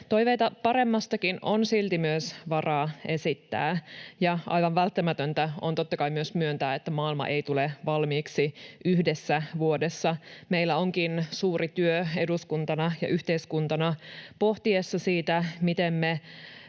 Toiveita paremmastakin on silti myös varaa esittää, ja aivan välttämätöntä on totta kai myös myöntää, että maailma ei tule valmiiksi yhdessä vuodessa. Meillä onkin suuri työ eduskuntana ja yhteiskuntana pohtia, miten me